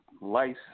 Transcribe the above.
Lice